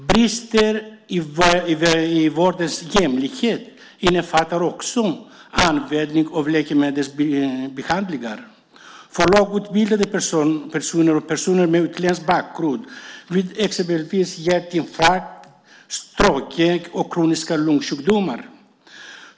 Brister i vårdens jämlikhet innefattar också användning av läkemedelsbehandlingar för lågutbildade personer och personer med utländsk bakgrund vid exempelvis hjärtinfarkt, stroke och kroniska lungsjukdomar.